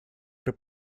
при